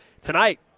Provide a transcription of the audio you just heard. Tonight